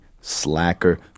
Slacker